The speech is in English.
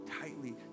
tightly